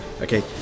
Okay